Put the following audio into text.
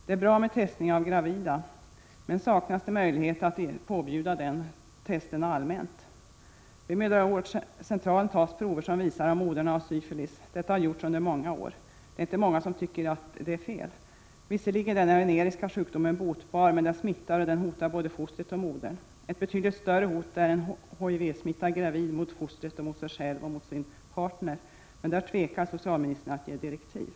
Det är bra med testning av gravida, men man frågar sig om det saknas möjlighet att påbjuda en allmän sådan testning. Vid mödravårdscentralerna tas sedan många år tillbaka prover för att undersöka om modern har syfilis. Det är inte många som tycker att detta är fel. Visserligen är den veneriska sjukdomen botbar, men den smittar och hotar både fostret och modern. Ett betydligt större hot utgör en HIV-smittad gravid kvinna, både mot fostret och mot sig själv och sin partner. I det fallet tvekar socialministern att ge direktiv.